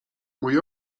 mój